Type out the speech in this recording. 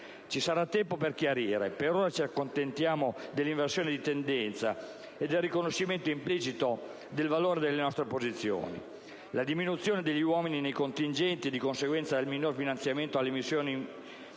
Ci sarà tempo per chiarire. Per ora ci accontentiamo dell'inversione di tendenza e del riconoscimento implicito del valore delle nostre posizioni: la diminuzione degli uomini nei contingenti e di conseguenza un minor finanziamento alle missioni,